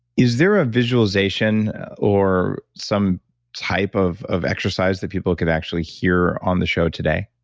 is there a visualization or some type of of exercise that people could actually hear on the show, today?